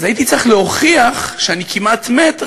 הייתי צריך להוכיח שאני כמעט מת,